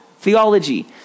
theology